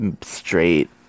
straight